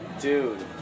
Dude